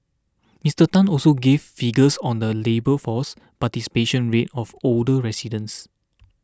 Mister Tan also gave figures on the labour force participation rate of older residents